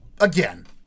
Again